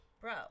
bro